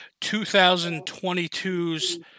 2022's